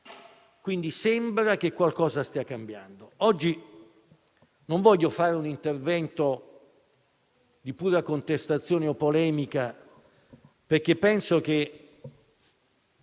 quindi che qualcosa stia cambiando. Oggi non voglio fare un intervento di pura contestazione o polemica perché non